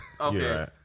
Okay